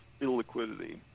illiquidity